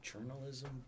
journalism